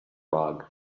rug